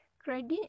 credit